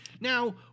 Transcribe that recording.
Now